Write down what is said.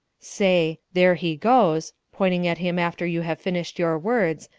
say, there he goes, pointing at him after you have finished your words,